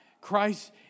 Christ